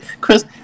Chris